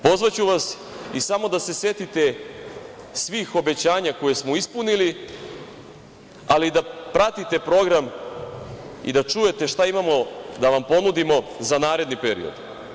Pozvaću vas i samo da se setite svih obećanja koje smo ispunili, ali da pratite program i da čujete šta imamo da vam ponudimo za naredni period.